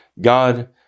God